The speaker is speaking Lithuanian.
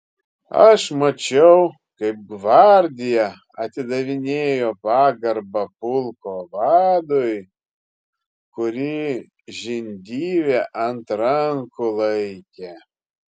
aš mačiau kaip gvardija atidavinėjo pagarbą pulko vadui kurį žindyvė ant rankų laikė